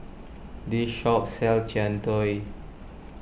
this shop sells Jian Dui